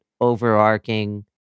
overarching